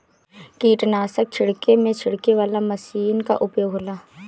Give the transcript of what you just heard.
कीटनाशक छिड़के में छिड़के वाला मशीन कअ उपयोग होला